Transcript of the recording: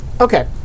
Okay